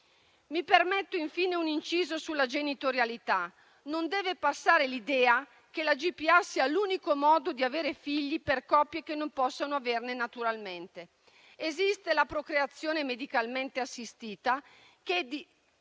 Mi permetto infine un inciso sulla genitorialità. Non deve passare l'idea che la GPA sia l'unico modo di avere figli per coppie che non possono averne naturalmente. Esiste la procreazione medicalmente assistita, che, a